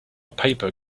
paper